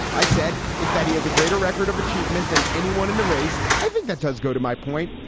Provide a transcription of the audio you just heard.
i said it's that he has a greater record of achievement than anyone in the race. i think that does go to my point.